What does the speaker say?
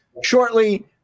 shortly